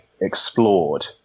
explored